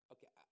Okay